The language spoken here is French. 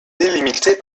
délimitée